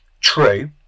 true